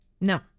no